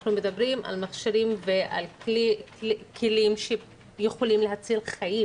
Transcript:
אנחנו מדברים על מכשירים וכלים שיכולים להציל חיים,